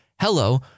Hello